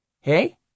Hey